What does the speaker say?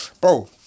Bro